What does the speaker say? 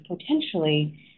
potentially –